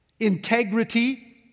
integrity